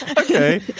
Okay